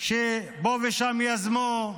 שפה ושם יזמו.